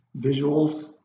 visuals